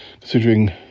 considering